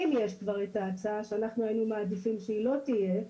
אם יש כבר את ההצעה שאנחנו היינו מעדיפים שהיא לא תהיה,